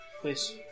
Please